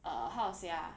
err how to say ah